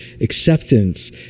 acceptance